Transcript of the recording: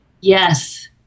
Yes